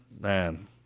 man